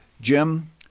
Jim